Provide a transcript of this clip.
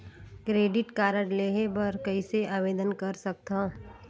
Credit card लेहे बर कइसे आवेदन कर सकथव?